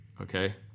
okay